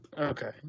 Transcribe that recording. okay